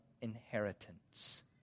inheritance